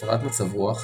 הפרעת מצב רוח,